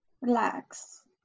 relax